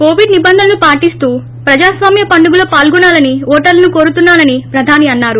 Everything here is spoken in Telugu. కొవిడ్ నిబంధనలు పాటిస్తూ ప్రజాస్వామ్య పండుగలో పాల్గొనాలని ఓటర్లను కోరుతున్నానని ప్రధాని అన్నారు